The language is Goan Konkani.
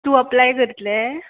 तूं अप्लाय करतले